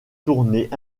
tournées